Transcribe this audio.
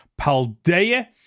Paldea